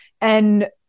and-